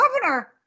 Governor